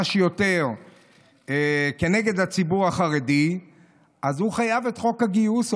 שיותר כנגד הציבור החרדי אז הוא חייב את חוק הגיוס.